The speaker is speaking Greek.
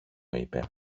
είπε